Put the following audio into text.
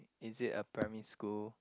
is it a primary school